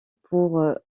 pour